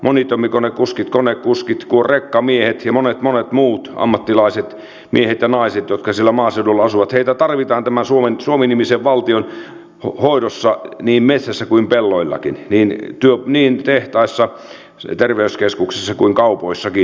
monitoimikonekuskit konekuskit rekkamiehet ja monet monet muut ammattilaiset miehet ja naiset jotka siellä maaseudulla asuvat heitä tarvitaan tämän suomi nimisen valtion hoidossa niin metsässä kuin pelloillakin niin tehtaissa terveyskeskuksissa kuin kaupoissakin